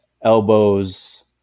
elbows